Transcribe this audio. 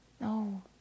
No